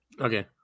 Okay